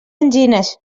angines